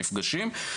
נפגשים.